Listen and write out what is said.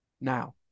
Now